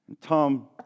Tom